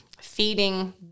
feeding